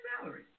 salary